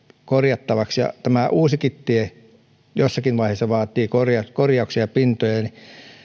korjattavaksi ja tämä uusikin tie jossakin vaiheessa vaatii korjauksia ja pintoja niin